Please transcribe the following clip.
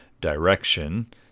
direction